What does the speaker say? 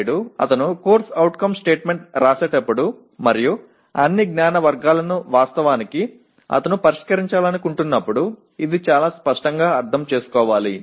ஆசிரியர் அவர் CO அறிக்கையை எழுதும் போது மற்றும் அவர் உரையாற்ற விரும்பும் அனைத்து அறிவு வகைகளையும் மிக தெளிவாக புரிந்து கொள்ள வேண்டும்